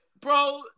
bro